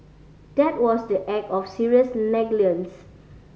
that was the act of serious negligence